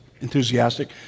enthusiastic